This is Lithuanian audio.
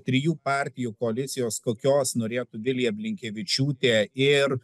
trijų partijų koalicijos kokios norėtų vilija blinkevičiūtė ir